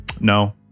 No